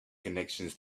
connections